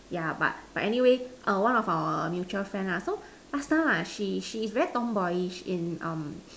yeah but but anyway err one of our mutual friend lah so last time lah she she is very tomboyish in um